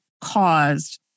caused